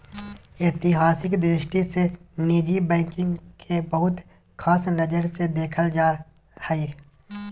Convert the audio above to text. ऐतिहासिक दृष्टि से निजी बैंकिंग के बहुत ख़ास नजर से देखल जा हइ